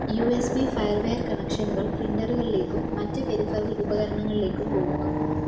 U S B firewire കണക്ഷനുകൾ പ്രിന്ററുകളിലേക്കും മറ്റ് പെരിഫറൽ ഉപകരണങ്ങളിലേക്കും പോകുന്നു